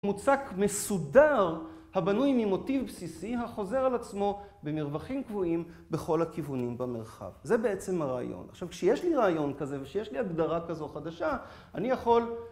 מוצק מסודר, הבנוי ממוטיב בסיסי החוזר על עצמו במרווחים קבועים בכל הכיוונים במרחב. זה בעצם הרעיון. עכשיו, כשיש לי רעיון כזה ושיש לי הגדרה כזו חדשה, אני יכול